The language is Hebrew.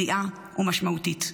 בריאה ומשמעותית.